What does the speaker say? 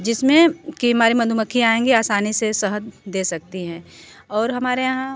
जिसमें की हमारी मधुमक्खियाँ आएँगी आसानी से शहद दे सकती हैं और हमारे यहाँ